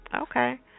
Okay